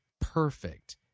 perfect